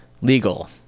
Legal